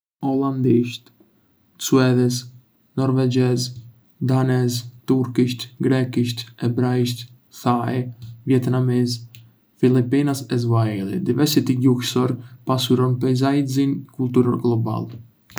Holandisht, suedez, norvegjez, danez, turqisht, greqisht, hebraisht, thai, vietnamez, filipinas e swahili. Diversiteti gjuhësor pasuron peizazhin kulturor global.